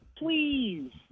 please